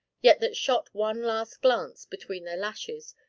yet that shot one last glance, between their lashes,